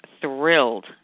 thrilled